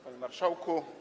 Panie Marszałku!